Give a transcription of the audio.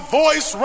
voice